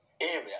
area